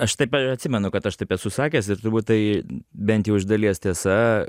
aš taip ir atsimenu kad aš taip esu sakęs ir turbūt tai bent jau iš dalies tiesa